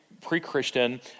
pre-Christian